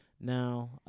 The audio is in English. now